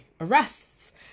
arrests